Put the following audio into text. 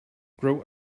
grow